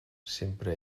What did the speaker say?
sempre